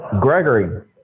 Gregory